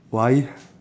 why